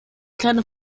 kleine